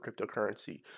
cryptocurrency